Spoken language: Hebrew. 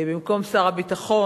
במקום שר הביטחון.